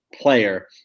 player